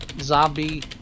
zombie